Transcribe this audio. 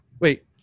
Wait